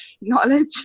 knowledge